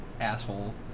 Asshole